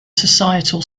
societal